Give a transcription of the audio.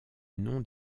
nom